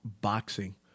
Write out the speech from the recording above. boxing